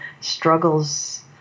struggles